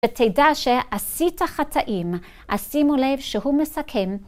ותדע שעשית חטאים, אז שימו לב שהוא מסכם.